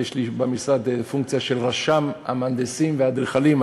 יש לי במשרד פונקציה של רשם המהנדסים והאדריכלים.